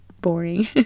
boring